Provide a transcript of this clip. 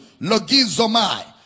logizomai